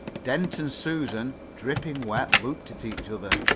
dent and susan, dripping wet, looked at each other.